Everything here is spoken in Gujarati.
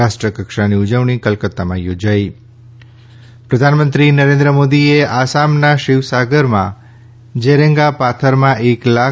રાષ્ટ્ર કક્ષાની ઉજવણી કોલકત્તામાં યોજાઈ પ્રધાનમંત્રી શ્રી નરેન્દ્ર મોદીએ આસામના શિવસાગરમાં જેરેંગા પાથરમાં એક લાખ